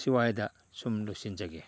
ꯁ꯭ꯋꯥꯏꯗ ꯁꯨꯝ ꯂꯣꯏꯁꯤꯟꯖꯒꯦ